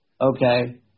Okay